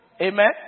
Amen